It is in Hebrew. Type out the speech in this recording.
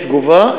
יש תגובה,